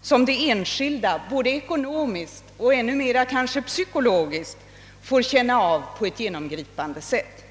som den enskilde, både ekonomiskt och kanske ännu mer psykologiskt, får känna av på ett genomgripande sätt.